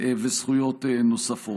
וזכויות נוספות.